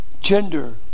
gender